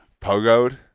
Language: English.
Pogoed